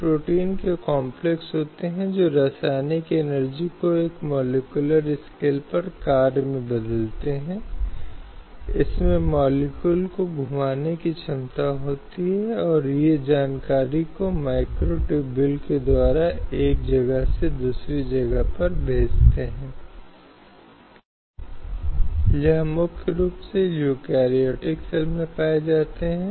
इसलिए यह एक पहलू देश के प्रत्येक व्यक्ति की जिम्मेदारी के संदर्भ में संस्करणों को बोलता है यह सुनिश्चित करने के लिए कि महिलाओं की समानता स्थापित की जाए और यह सुनिश्चित किया जाए कि भेदभावपूर्ण प्रथाओं को समाप्त किया जाए और यह देखा जाए कि महिलाओं के खिलाफ हिंसा की कोई स्थिति नहीं है जो कि समाज से होती है